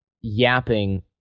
yapping